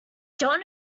john